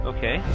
Okay